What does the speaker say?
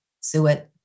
suet